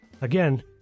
Again